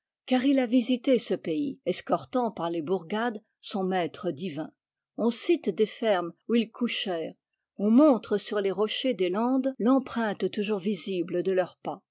car il a visité ce pays escortant par les bourgades son maître divin on cite des fermes où ils couchèrent on montre sur les rochers des landes l'empreinte toujours visible de leurs pas